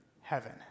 heaven